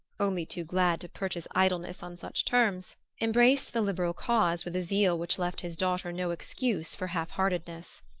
only too glad to purchase idleness on such terms, embraced the liberal cause with a zeal which left his daughter no excuse for half-heartedness.